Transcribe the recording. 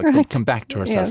like come back to herself